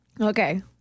Okay